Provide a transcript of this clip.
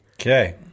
Okay